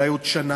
אולי בעוד שנה,